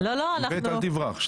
איווט אל תברח.